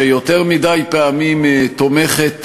שיותר מדי פעמים תומכת,